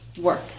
work